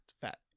fat